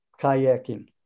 kayaking